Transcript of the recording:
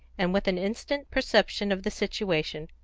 and with an instant perception of the situation,